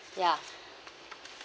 ya